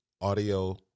audio